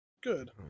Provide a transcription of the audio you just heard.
Good